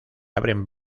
abren